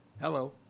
Hello